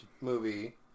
movie